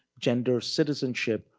gender, citizenship,